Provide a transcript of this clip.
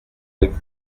elle